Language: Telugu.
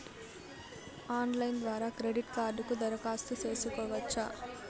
ఆన్లైన్ ద్వారా క్రెడిట్ కార్డుకు దరఖాస్తు సేసుకోవచ్చా?